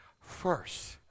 First